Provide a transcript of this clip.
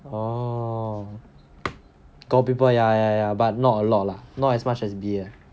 oh got people ya ya ya but not a lot lah not as much as B_A